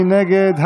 מי נגד?